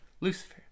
Lucifer